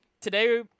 today